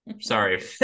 Sorry